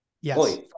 Yes